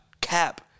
Cap